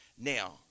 Now